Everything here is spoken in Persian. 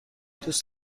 دوست